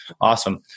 awesome